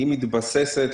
היא מתבססת,